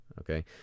Okay